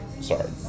Sorry